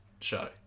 show